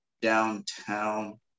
downtown